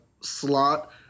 slot